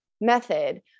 method